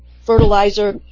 fertilizer